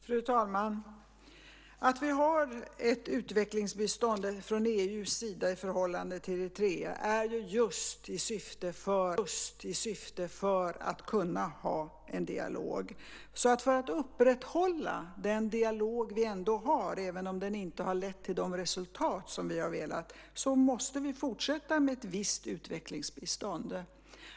Fru talman! Vi har ett utvecklingsbistånd från EU:s sida i förhållande till Eritrea just i syfte att kunna ha en dialog. För att upprätthålla den dialog vi ändå har, även om den inte har lett till de resultat som vi har velat, måste vi fortsätta med ett visst utvecklingsbistånd.